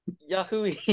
Yahoo